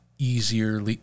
Easier